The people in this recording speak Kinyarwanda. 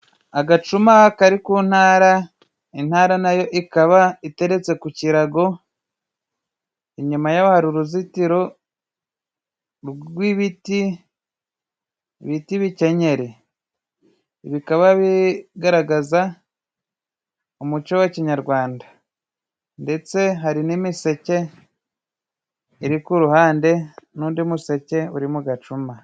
Agacuma kari ku ntara, intara nayo ikaba iteretse ku kirago, inyuma yayo hari uruzitiro rw'ibiti bita ibikenyeri. Bikaba bigaragaza umuco wa kinyarwanda. Ndetse hari n'imiseke iri ku Uruhande n'undi museke uri mu agacuma.